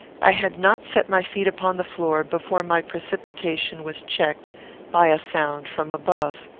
i had not set my feet upon the floor before my precipitation was checked by a sound from above.